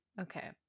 Okay